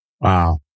Wow